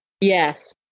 Yes